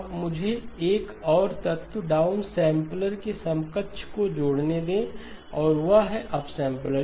अब मुझे एक और तत्व डाउन सैंपलर के समकक्ष को जोड़ने दें और वह है अपसैंपलर